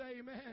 amen